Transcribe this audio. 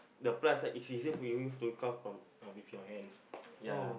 the plus right is easier for you used to count from uh with your hands ya